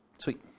Sweet